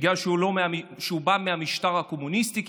בגלל שהוא בא מהמשטר הקומוניסטי,